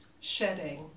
shedding